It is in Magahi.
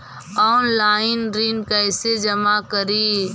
ऑनलाइन ऋण कैसे जमा करी?